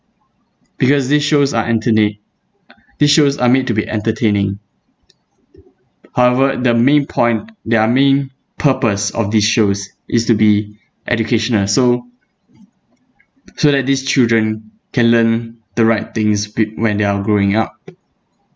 because these shows are enterni~ these shows are made to be entertaining however the main point their main purpose of these shows is to be educational so so that these children can learn the right things p~ when they're growing up